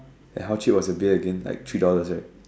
and how cheap was the beer again like three dollars right